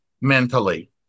mentally